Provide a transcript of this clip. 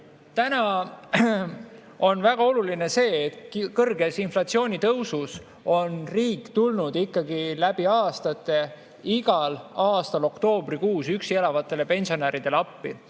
on väga oluline see, et [kiires] inflatsiooni tõusus on riik tulnud läbi aastate igal aastal oktoobrikuus appi üksi elavatele pensionäridele.